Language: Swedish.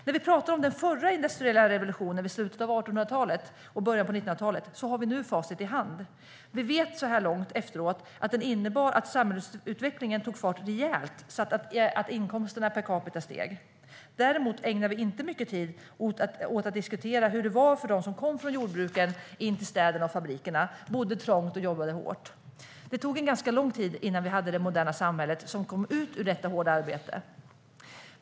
När vi pratar nu om den förra industriella revolutionen i slutet av 1800 och början av 1900-talet har vi facit i hand. Vi vet så här långt efteråt att den innebar att samhällsutvecklingen tog fart rejält och att inkomsterna per capita steg. Däremot ägnar vi inte mycket tid åt att diskutera hur det var för dem som kom från jordbruken in till städerna och fabrikerna, bodde trångt och jobbade hårt. Det tog ganska lång tid innan vi hade det moderna samhälle som kom ut ur detta hårda arbete.